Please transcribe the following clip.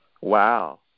Wow